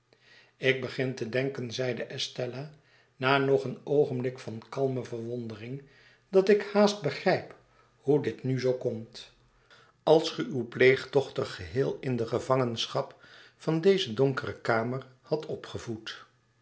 ik begin te denken zeide estella na nog een oogenblik van kalme verwondering dat ik haast begrijp hoe dit nu zoo komt als ge uwe pleegdochter geheel in de gevangenschap van deze donkere kamer hadt opgevoed